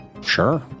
Sure